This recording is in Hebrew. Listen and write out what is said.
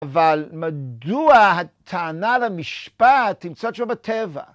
אבל מדוע הטענה למשפט נמצאת שם בטבע?